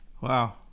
Wow